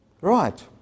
Right